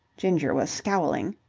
ginger was scowling.